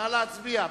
נא להצביע.